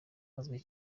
azwi